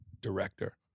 director